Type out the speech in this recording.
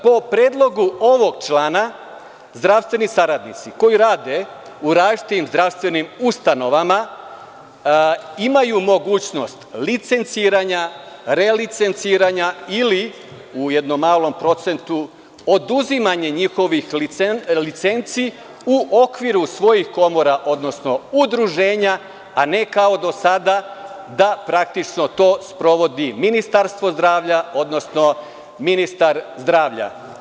Po predlogu ovog člana, zdravstveni saradnici koji rade u različitim zdravstvenim ustanovama, imaju mogućnost licenciranja, relicenciranja ili u jednom malom procentu oduzimanje njihovih licenci u okviru svojih komora, odnosno udruženja, a ne kao do sada dapraktično to sprovodi Ministarstvo zdravlja, odnosno ministar zdravlja.